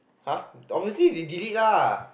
!huh! obviously they delete lah